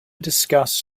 discuss